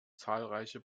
zahlreiche